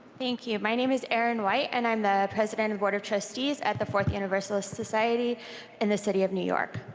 thank you. my name is erin white and i'm the president and board of trustees at the fourth unitarian universalist society in the city of new york.